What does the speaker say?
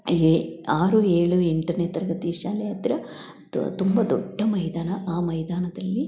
ಏ ಆರು ಏಳು ಎಂಟನೆ ತರಗತಿ ಶಾಲೆ ಹತ್ರ ತುಂಬ ದೊಡ್ಡ ಮೈದಾನ ಆ ಮೈದಾನದಲ್ಲಿ